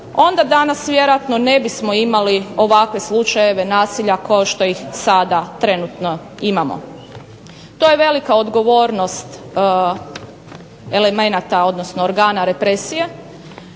vjerojatno ne bismo imali ovakve slučajeve nasilja kao što ih sada trenutno imamo. To je velika odgovornost elemenata